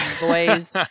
boys